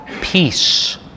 peace